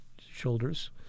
shoulders